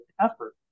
effort